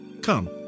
Come